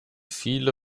viele